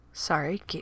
Sorry